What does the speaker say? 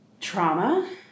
Trauma